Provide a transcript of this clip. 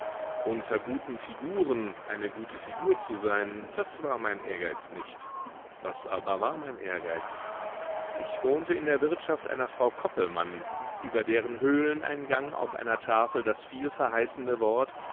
unter guten figuren eine gute figur zu sein das war mein ehrgeiz nicht was aber war mein ehrgeiz ich wohnte in der wirtschaft einer frau koppelmann über deren höhleneingang auf einer tafel das viel verheißende wort